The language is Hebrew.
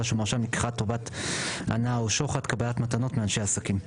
שמואשם בלקיחת טובת הנאה או שוחד קבלת מתנות מאנשי עסקים'.